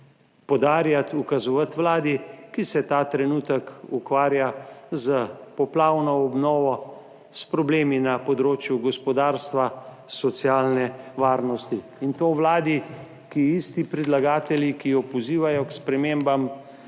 podarjati, ukazovati Vladi, ki se ta trenutek ukvarja s poplavno obnovo, s problemi na področju gospodarstva, socialne varnosti in to Vladi, ki isti predlagatelji, ki jo pozivajo k spremembam